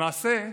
למעשה,